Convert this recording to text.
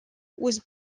was